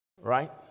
Right